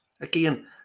again